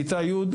בכיתה י',